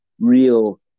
real